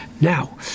Now